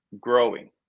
growing